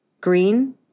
green